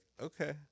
okay